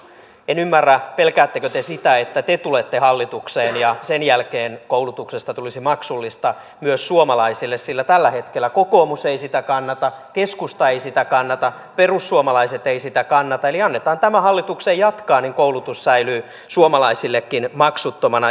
en ymmärrä pelkäättekö te sitä että te tulette hallitukseen ja sen jälkeen koulutuksesta tulisi maksullista myös suomalaisille sillä tällä hetkellä kokoomus ei sitä kannata keskusta ei sitä kannata perussuomalaiset ei sitä kannata eli annetaan tämän hallituksen jatkaa niin koulutus säilyy suomalaisille maksuttomana jatkossakin